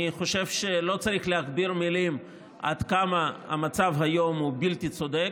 אני חושב שלא צריך להכביר מילים עד כמה המצב היום הוא בלתי צודק,